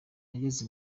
ageze